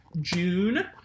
June